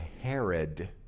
Herod